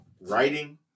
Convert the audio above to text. writing